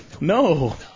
No